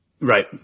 Right